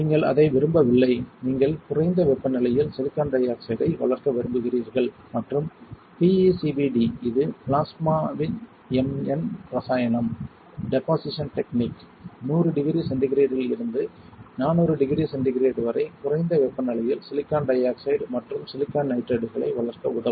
நீங்கள் அதை விரும்பவில்லை நீங்கள் குறைந்த வெப்பநிலையில் சிலிக்கான் டை ஆக்சைடை வளர்க்க விரும்புகிறீர்கள் மற்றும் பிஈசிவிடி இது பிளாஸ்மா mn இரசாயனம் Refer Time 2956 டெபொசிஷன் டெக்னிக் நூறு டிகிரி சென்டிகிரேடில் இருந்து 400 டிகிரி சென்டிகிரேட் வரை குறைந்த வெப்பநிலையில் சிலிக்கான் டை ஆக்சைடு மற்றும் சிலிக்கான் நைட்ரைடுகளை வளர்க்க உதவும்